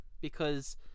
because-